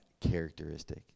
characteristic